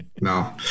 No